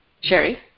Sherry